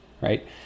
right